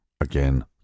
again